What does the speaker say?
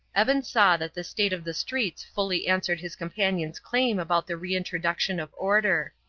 evan saw that the state of the streets fully answered his companion's claim about the reintroduction of order.